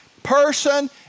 person